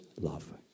love